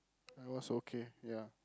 I was okay ya